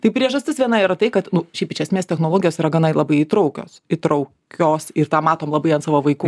tai priežastis viena yra tai kad nu šiaip iš esmės technologijas yra gana labai įtraukios įtraukios ir tą matom labai ant savo vaikų